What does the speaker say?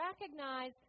recognize